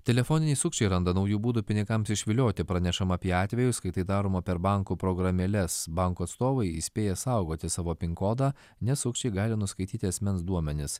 telefoniniai sukčiai randa naujų būdų pinigams išvilioti pranešama apie atvejus kai tai daroma per bankų programėles bankų atstovai įspėja saugoti savo pin kodą nes sukčiai gali nuskaityti asmens duomenis